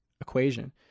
equation